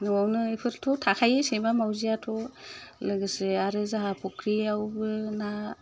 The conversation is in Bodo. न'आवथ' इफोर थाखायो सैमा माउजियाथ' लोगोसे आरो जाहा फुख्रियावबो ना